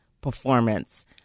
performance